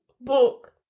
book